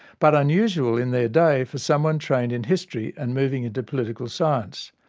but unusual in their day for someone trained in history and moving into political science.